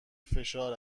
فشار